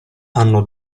hanno